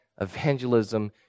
evangelism